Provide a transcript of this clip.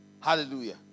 Hallelujah